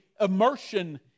immersion